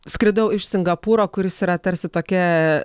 skridau iš singapūro kuris yra tarsi tokia